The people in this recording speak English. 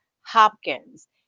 Hopkins